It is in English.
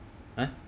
!huh!